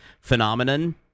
phenomenon